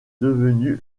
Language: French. devenu